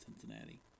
Cincinnati